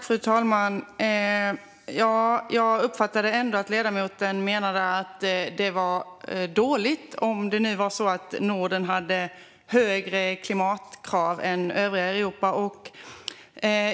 Fru talman! Jag uppfattade ändå att ledamoten menade att det är dåligt om det är så att Norden har högre klimatkrav än övriga Europa.